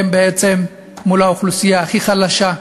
הם בעצם נמצאים מול האוכלוסייה הכי חלשה,